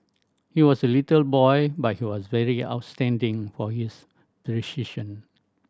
he was a little boy but he was very outstanding for his precision